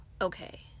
okay